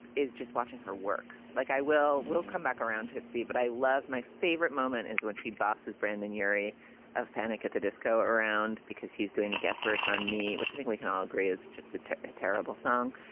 is just watching her work. like i will. we'll come back around. it's deep, but i love my favorite moment is when she bass's brandon yeary of panic at the disco around because he's doing the guest verse on me, which i think we can all agree is just a terrible song,